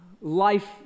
life